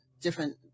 different